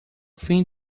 fim